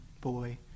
boy